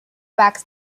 backs